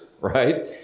right